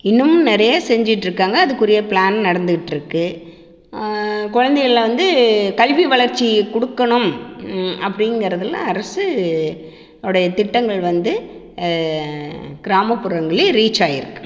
இன்னும் நிறைய செஞ்சிகிட்ருக்காங்க அதுக்குரிய பிளான் நடந்துக்கிட்ருக்குது குழந்தைகள்ல வந்து கல்வி வளர்ச்சி கொடுக்கணும் அப்படிங்கிறதுல அரசு அவருடைய திட்டங்கள் வந்து கிராமப்புறங்களில் ரீச் ஆயிருக்குது